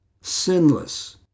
sinless